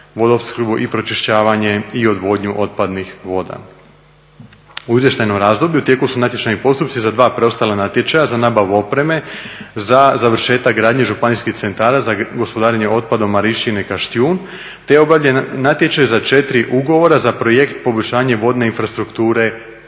vodoopskrbu, pročišćavanje i odvodnju otpadnih voda. U izvještajnom razdoblju u tijeku su natječajni postupci za dva preostala natječaja za nabavu opreme za završetak gradnje županijskih centara za gospodarenje otpadom Marinštine i Kaštijun te je obavljen natječaj za 4 ugovora za projekt poboljšanje vodne infrastrukture u Osijeku